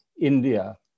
India